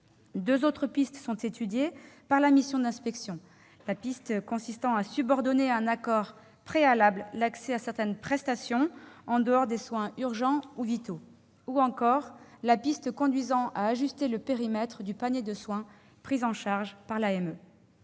Deux autres pistes sont étudiées par la mission d'inspection : subordonner à un accord préalable l'accès à certaines prestations, en dehors des soins urgents ou vitaux ; ajuster le périmètre du panier de soins pris en charge par l'AME.